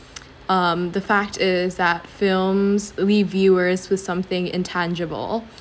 um the fact is that films leave viewers with something intangible